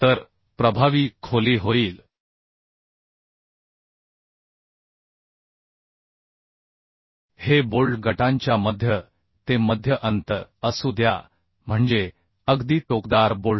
तर प्रभावी खोली होईल हे बोल्ट गटांच्या मध्य ते मध्य अंतर असू द्या म्हणजे अगदी टोकदार बोल्ट